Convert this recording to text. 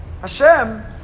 Hashem